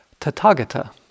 tatagata